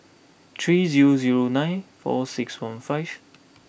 three zero zero nine four six one five